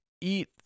eat